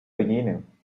beginning